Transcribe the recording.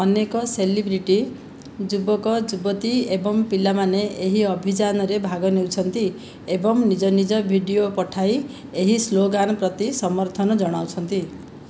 ଅନେକ ସେଲିବ୍ରିଟି ଯୁବକ ଯୁବତୀ ଏବଂ ପିଲାମାନେ ଏହି ଅଭିଯାନରେ ଭାଗ ନେଉଛନ୍ତି ଏବଂ ନିଜ ନିଜ ଭିଡିଓ ପଠାଇ ଏହି ସ୍ଲୋଗାନ ପ୍ରତି ସମର୍ଥନ ଜଣାଉଛନ୍ତି